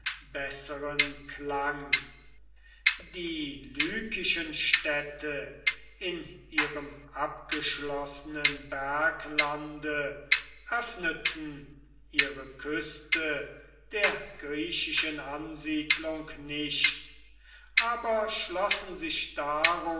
besseren klang die lykischen städte in ihrem abgeschlossenen berglande öffneten ihre küste der griechischen ansiedlung nicht aber schlossen sich